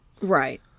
Right